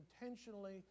intentionally